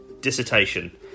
dissertation